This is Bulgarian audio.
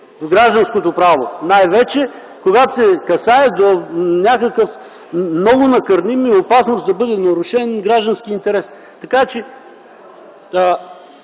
в гражданското право най-вече, когато се касае до някакъв много накърним и опасност да бъде нарушен гражданския интерес. Така че,